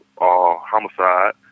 homicide